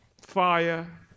fire